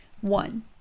One